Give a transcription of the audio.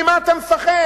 ממה אתה מפחד?